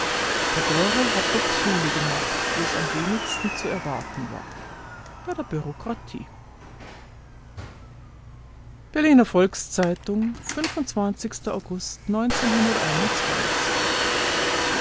tagore hat doch schule gemacht wo es am wenigsten zu erwarten war bei der bureaukratie berliner volks-zeitung august